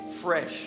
Fresh